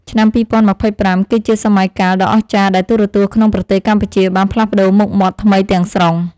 ឆ្នាំ ២០២៥ គឺជាសម័យកាលដ៏អស្ចារ្យដែលទូរទស្សន៍ក្នុងប្រទេសកម្ពុជាបានផ្លាស់ប្តូរមុខមាត់ថ្មីទាំងស្រុង។